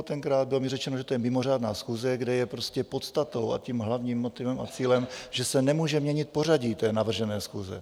Tenkrát mi bylo řečeno, že to je mimořádná schůze, kde je prostě podstatou a tím hlavním motivem a cílem, že se nemůže měnit pořadí té navržené schůze.